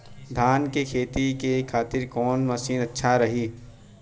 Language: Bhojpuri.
धान के खेती के खातिर कवन मशीन अच्छा रही?